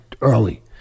early